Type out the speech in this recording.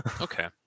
Okay